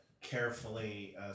carefully